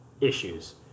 issues